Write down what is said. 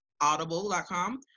audible.com